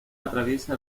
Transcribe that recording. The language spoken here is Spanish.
atraviesa